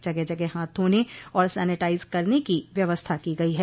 जगह जगह हाथ धोने और सैनिटाइज करने की व्यवस्था की गई है